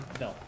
no